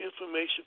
information